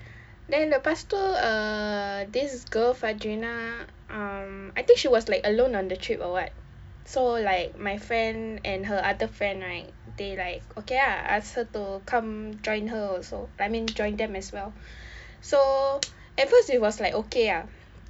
then lepas itu err this girl fadreena um I think she was like alone on the trip or what so like my friend and her other friend right they like okay lah I ask her to come join her also I mean join them as well so at first it was like okay ah